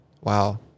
Wow